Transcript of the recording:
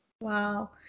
Wow